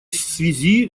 связи